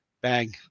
bang